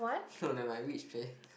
hmm never mind which place